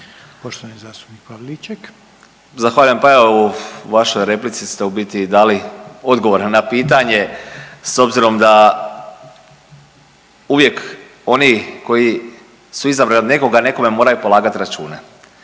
(Hrvatski suverenisti)** Zahvaljujem. Pa evo u vašoj replici ste u biti i dali odgovor na pitanje s obzorom da uvijek oni koji su izabrani nekome moraju polagat račune